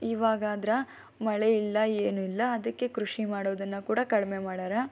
ಇವಾಗ ಆದ್ರೆ ಮಳೆ ಇಲ್ಲ ಏನೂ ಇಲ್ಲ ಅದಕ್ಕೆ ಕೃಷಿ ಮಾಡೋದನ್ನು ಕೂಡ ಕಡಿಮೆ ಮಾಡಾರೆ